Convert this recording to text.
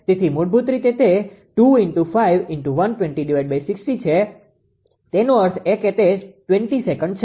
તેથી મૂળભૂત રીતે તે છે તેનો અર્થ એ કે તે 20 સેકન્ડ છે